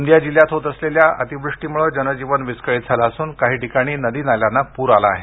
गोंदिया जिल्ह्यात होत असलेल्या अतिवृष्टीमुळे जनजीवन विस्कळीत झाले असून काही ठिकाणी नदी नाल्यांना पूर आला आहे